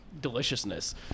deliciousness